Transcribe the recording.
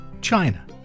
China